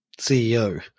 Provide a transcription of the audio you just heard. CEO